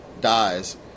dies